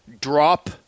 drop